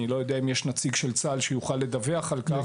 אני לא יודע אם יש נציג של צה״ל שיוכל לדווח על כך.